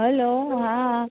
hello હા